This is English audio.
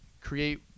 create